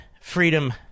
freedom